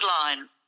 line